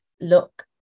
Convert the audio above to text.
look